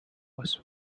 was